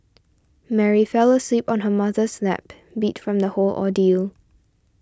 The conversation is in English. Mary fell asleep on her mother's lap beat from the whole ordeal